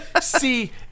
See